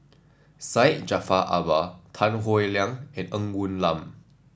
Syed Jaafar Albar Tan Howe Liang and Ng Woon Lam